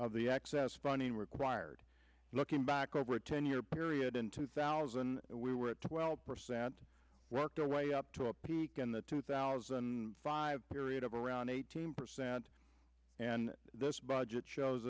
of the excess funding required looking back over a ten year period in two thousand we were at twelve percent worked our way up to a peak in the two thousand five period of around eighteen percent and this budget shows